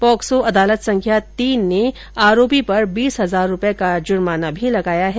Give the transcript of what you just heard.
POCSO अदालत संख्या तीन अदालत ने आरोपी पर बीस हजार रुपए का जुर्माना भी लगाया है